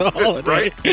Right